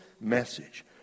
message